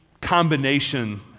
combination